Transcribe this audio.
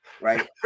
right